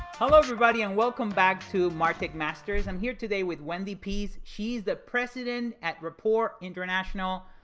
hello everybody and welcome back to martech masters. i'm here today with wendy pease. she's the president at rapport international.